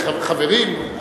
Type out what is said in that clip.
חברים,